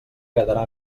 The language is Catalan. quedarà